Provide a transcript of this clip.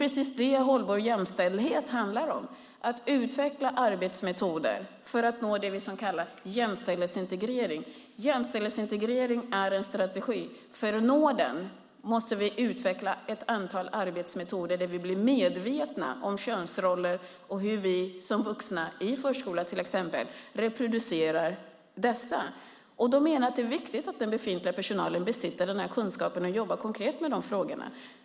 Vad hållbar jämställdhet handlar om är just detta med att utveckla arbetsmetoder för att nå vad vi kallar för jämställdhetsintegrering. Jämställdhetsintegrering är en strategi. För att nå en jämställdhetsintegrering måste vi utveckla ett antal arbetsmetoder som är sådana att vi blir medvetna om könsrollerna och om hur vi som vuxna till exempel i förskolan reproducerar dessa. Det är viktigt att befintlig personal besitter denna kunskap och konkret jobbar med de här frågorna.